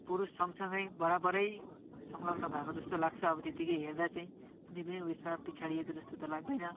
पुरुषसँगसँगै बराबरै संलग्न भएको जस्तो लाग्छ अब त्यत्तिकै हेर्दा चाहिँ कुनै पनि उइसमा पिछाडिएको जस्तो त लाग्दैन